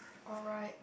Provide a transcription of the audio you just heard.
alright